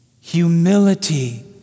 Humility